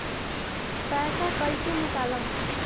पैसा कैसे निकालम?